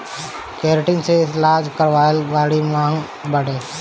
keratin से इलाज करावल बड़ी महँग बाटे